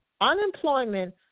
Unemployment